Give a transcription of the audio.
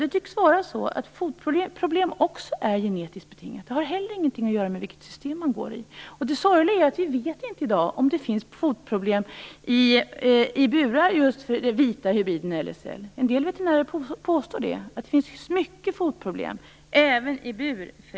Det tycks vara så att också fotproblem är genetiskt betingade. Inte heller de har något att göra med vilket system man använder. Det sorgliga är att vi i dag inte vet om det finns fotproblem i burar med den vita hybriden LSL. En del veterinärer påstår att LSL har mycket fotproblem även i bur.